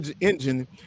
Engine